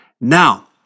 Now